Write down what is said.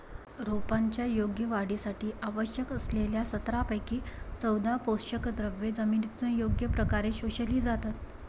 रोपांच्या योग्य वाढीसाठी आवश्यक असलेल्या सतरापैकी चौदा पोषकद्रव्ये जमिनीतून योग्य प्रकारे शोषली जातात